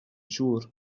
siŵr